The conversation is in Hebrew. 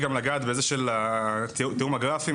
רציתי גם לגעת בנושא תיאום הגרפים.